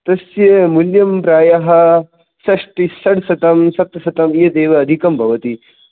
तस्य मूल्यं प्रायः षष्टिः षड्शतं सप्तशतं एदेव अधिकं भवति